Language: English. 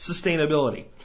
Sustainability